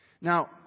Now